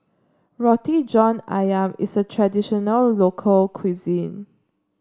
Roti John ayam is a traditional local cuisine